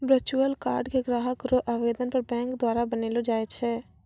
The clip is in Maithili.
वर्चुअल कार्ड के ग्राहक रो आवेदन पर बैंक द्वारा बनैलो जाय छै